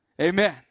amen